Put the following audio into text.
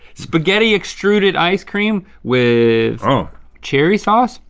spaghetti extruded ice cream with ah cherry sauce.